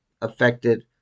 affected